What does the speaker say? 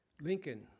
Lincoln